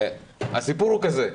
הסיפור הוא כזה: